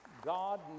God